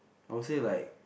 I will say like